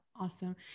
Awesome